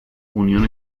unión